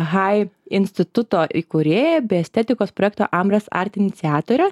hai instituto įkūrėja bei estetikos projekto ambres art iniciatorė